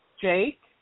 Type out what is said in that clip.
Jake